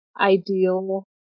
ideal